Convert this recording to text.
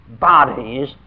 bodies